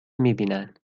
میبینن